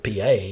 PA